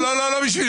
ברור, אין לי ספק.